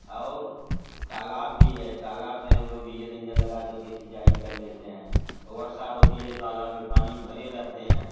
और तालाब भी है तालाब से हम लोग डीजल इंजन लगा कर के सिंचाई कर लेते हैं वर्षा होती है तालाब में पानी भरे रहते हैं